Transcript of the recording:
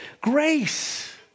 grace